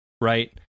right